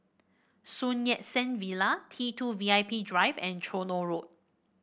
Sun Yat Sen Villa T two V I P Drive and Tronoh Road